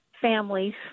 families